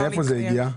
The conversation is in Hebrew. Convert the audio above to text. מאיפה זה הגיע?